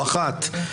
נקודה ראשונה,